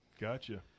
Gotcha